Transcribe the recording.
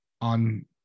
on